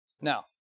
Now